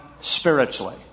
spiritually